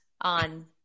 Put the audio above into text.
on